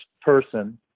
person